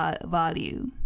value